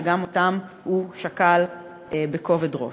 שגם אותן הוא שקל בכובד ראש.